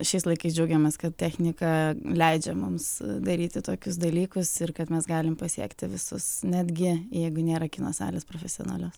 šiais laikais džiaugiamės kad technika leidžia mums daryti tokius dalykus ir kad mes galim pasiekti visus netgi jeigu nėra kino salės profesionalios